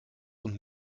und